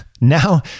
Now